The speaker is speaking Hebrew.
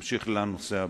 תמשיך לנושא הבא.